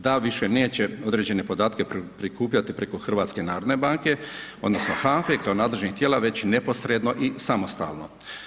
DAB više neće određene podatke prikupljati preko HNB-a odnosno HANFE kao nadležnih tijela već neposredno i samostalno.